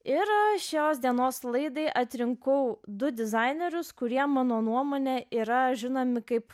ir šios dienos laidai atrinkau du dizainerius kurie mano nuomone yra žinomi kaip